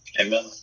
Amen